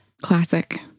Classic